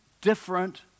different